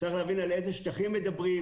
צריך להבין על איזה שטחים מדברים,